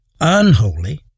unholy